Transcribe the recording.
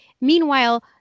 Meanwhile